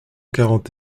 quarante